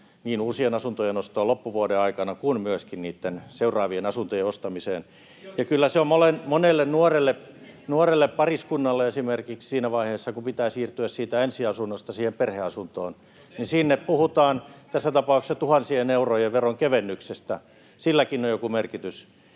niin uusien asuntojen ostoon loppuvuoden aikana kuin myöskin niitten seuraavien asuntojen ostamiseen. [Välihuuto vasemmalta] Ja kyllä se on monelle nuorelle pariskunnalle tärkeää esimerkiksi siinä vaiheessa, kun pitää siirtyä ensiasunnosta perheasuntoon, että tässä tapauksessa puhutaan tuhansien eurojen veronkevennyksestä, niin että silläkin on joku merkitys.